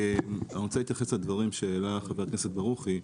אני רוצה להתייחס לדברים שהעלה חבר הכנסת ברוכי.